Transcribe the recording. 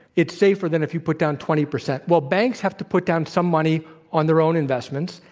it's safer than if you put down twenty percent. well, banks have to put down some money on their own investments,